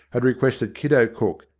had requested kiddo cook,